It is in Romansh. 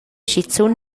schizun